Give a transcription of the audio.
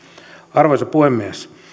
arvoisa puhemies